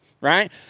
Right